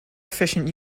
efficient